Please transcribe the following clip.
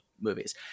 movies